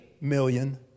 million